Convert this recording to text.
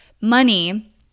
money